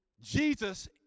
Jesus